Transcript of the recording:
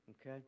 Okay